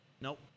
Nope